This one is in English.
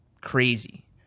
crazy